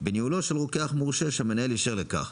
בניהולו של רוקח מורשה שהמנהל אישר לכך.